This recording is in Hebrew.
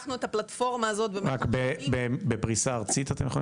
אתם יכולים לעשות את זה בפריסה ארצית?